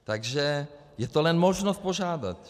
Takže je to jen možnost požádat.